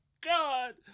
god